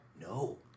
No